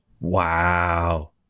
Wow